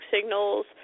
signals